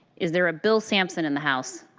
is there a bill sampson in the house?